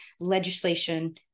legislation